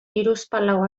hiruzpalau